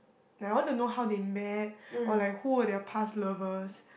like I want to know how they met or like who were their past lovers